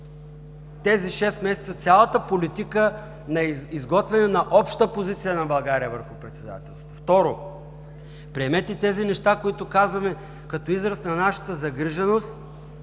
тези шест месеца, цялата политика на изготвяне на обща позиция на България върху председателството. Второ, приемете тези неща, които казваме като израз на нашата загриженост